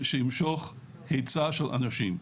שתמשוך היצע של אנשים.